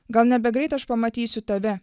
gal nebegreit aš pamatysiu tave